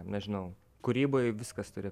nežinau kūryboj viskas turi